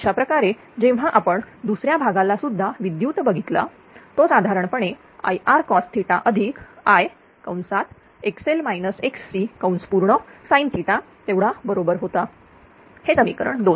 अशाप्रकारे जेव्हा आपण दुसऱ्या भागाला सुद्धा विद्युत बघितला तो साधारणपणे IrcosIsinतेवढा बरोबर होता हे समीकरण 2